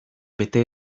bete